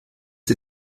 die